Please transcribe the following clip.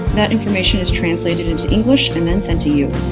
that information is translated into english and then send to you.